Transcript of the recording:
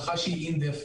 יום.